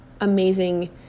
amazing